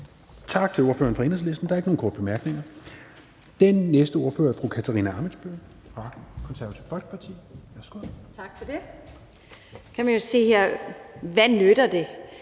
Tak til ordføreren for Enhedslisten. Der er ikke nogen korte bemærkninger. Den næste ordfører er fru Katarina Ammitzbøll fra Det Konservative